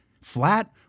flat